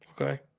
Okay